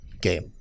game